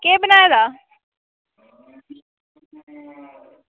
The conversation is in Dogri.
केह् बनाए दा